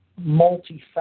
multifaceted